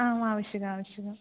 आम् आवश्यकम् आवश्यकम्